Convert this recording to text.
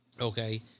Okay